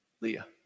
Leah